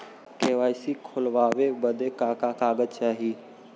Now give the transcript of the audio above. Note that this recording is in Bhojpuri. के.वाइ.सी खोलवावे बदे का का कागज चाही?